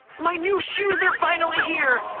my new shoes are finally here!